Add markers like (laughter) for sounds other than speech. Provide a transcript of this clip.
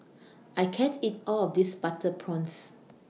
(noise) I can't eat All of This Butter Prawns